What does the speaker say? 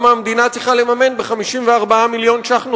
למה המדינה צריכה לממן ב-54 מיליון שקלים